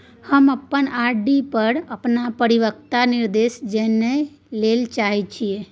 हम अपन आर.डी पर अपन परिपक्वता निर्देश जानय ले चाहय छियै